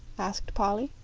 asked polly.